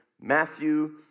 Matthew